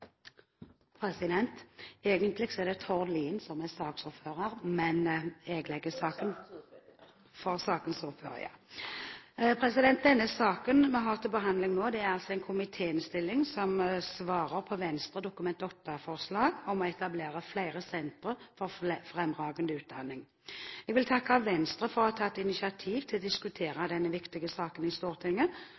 president. Bente Thorsen får ordet for sakens ordfører, ja. Den saken vi har til behandling, er en komitéinnstilling som svarer på Venstres Dokument 8-forslag for 2011–2012 om å etablere flere sentre for fremragende utdanning. Jeg vil takke Venstre for å ha tatt initiativ til å diskutere denne viktige saken i Stortinget